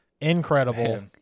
Incredible